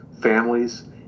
families